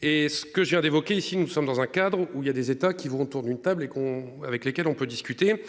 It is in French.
Et ce que je viens d'évoquer ici nous sommes dans un cadre où il y a des états qui vont autour d'une table et qu'on avec lesquels on peut discuter